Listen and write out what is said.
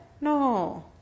No